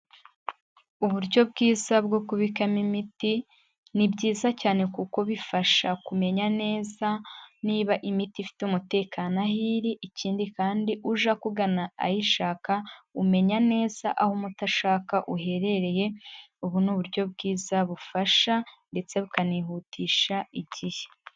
Uburyo bwiza bwo kubikamo imiti ni byiza cyane kuko bifasha kumenya neza niba imiti ifite umutekano aho iri ikindi kandi uje akugana ayishaka umenya neza aho umuti ashaka uherereye, ubu ni uburyo bwiza bufasha ndetse bukanihutisha igihe.